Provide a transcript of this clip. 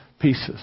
pieces